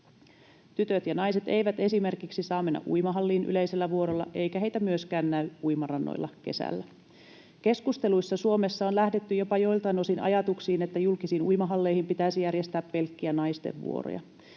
Tytöt ja naiset eivät esimerkiksi saa mennä uimahalliin yleisellä vuorolla, eikä heitä myöskään näy uimarannoilla kesällä. Keskusteluissa on Suomessa lähdetty jopa joiltain osin ajatuksiin, että julkisiin uimahalleihin pitäisi järjestää pelkkiä naisten vuoroja.